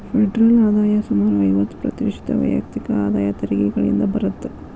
federal ಆದಾಯ ಸುಮಾರು ಐವತ್ತ ಪ್ರತಿಶತ ವೈಯಕ್ತಿಕ ಆದಾಯ ತೆರಿಗೆಗಳಿಂದ ಬರತ್ತ